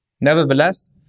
Nevertheless